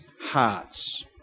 hearts